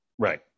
Right